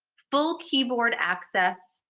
full keyboard access,